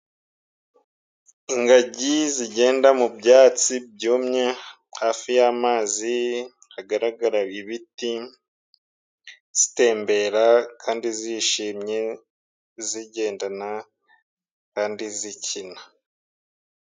Ingagi zigenda mu byatsi byumye. Hafi y'amazi hagaragara ibiti zitembera kandi zishimye zigendana kandi zikina.